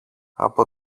από